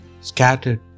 scattered